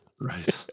Right